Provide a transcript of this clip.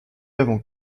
avant